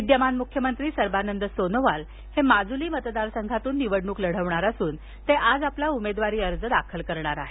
विद्यमान मुख्यमंत्री सर्वानंद सोनोवाल हे माजुली मतदारसंघातून निवडणूक लढवणार असून ते आज आपला उमेदवारी अर्ज दाखल करणार आहेत